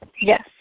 Yes